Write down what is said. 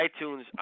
iTunes